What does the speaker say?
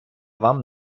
вам